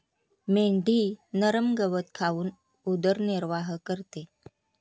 मेंढी नरम गवत खाऊन उदरनिर्वाह करते